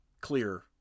clear